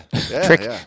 Trick